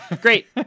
great